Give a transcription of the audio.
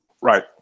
Right